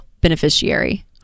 beneficiary